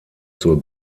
zur